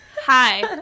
Hi